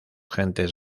gentes